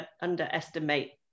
underestimate